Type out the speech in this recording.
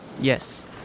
Yes